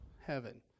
heaven